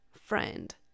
friend